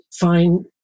find